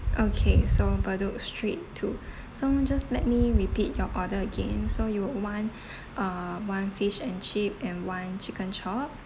okay so bedok street two so just let me repeat your order again so you would want uh one fish and chip and one chicken chop